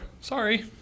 sorry